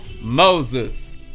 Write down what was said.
Moses